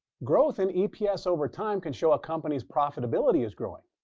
growth in eps over time can show a company's profitability is growing.